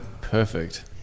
Perfect